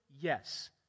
yes